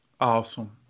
awesome